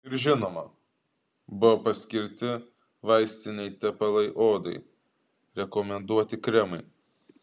ir žinoma buvo paskirti vaistiniai tepalai odai rekomenduoti kremai